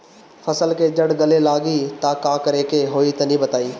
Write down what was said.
फसल के जड़ गले लागि त का करेके होई तनि बताई?